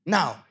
Now